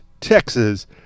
Texas